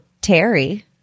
Terry